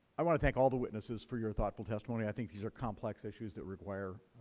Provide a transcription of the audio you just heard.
i want to thank all the witnesses for your thoughtful testimony. i think these are complex issues that require